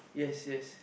yes yes